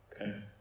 Okay